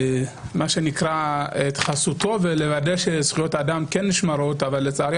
מה שנקרא את חסותו ולוודא שזכויות האדם כן נשמרות אבל לצערי